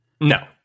no